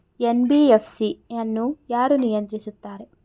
NBFC ಅನ್ನು ಯಾರು ನಿಯಂತ್ರಿಸುತ್ತಾರೆ?